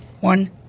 one